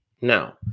Now